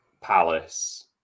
Palace